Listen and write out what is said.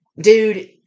dude